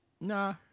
nah